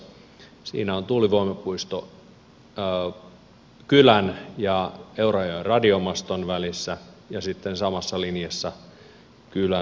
siinä on tuulivoimapuisto kylän ja eurajoen radiomaston välissä ja sitten samassa linjassa kylämme takana